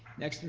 next